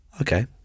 Okay